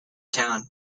town